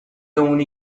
اونی